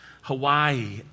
Hawaii